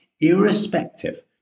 irrespective